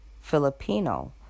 Filipino